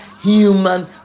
human